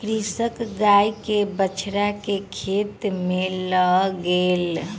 कृषक गाय के बछड़ा के खेत में लअ गेल